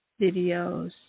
videos